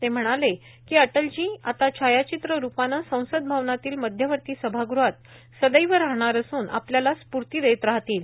ते म्हणाले अटलजी आता छायाचित्र रुपानं संसद भवनातल्या मध्यवर्ती सभागृहात सदैव राहणार असून आपल्याला स्फूर्ती देत राहतील